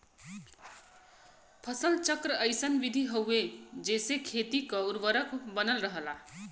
फसल चक्र अइसन विधि हउवे जेसे खेती क उर्वरक बनल रहला